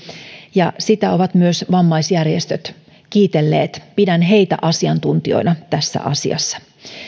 ja sitä ovat myös vammaisjärjestöt kiitelleet pidän heitä asiantuntijoina tässä asiassa